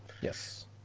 Yes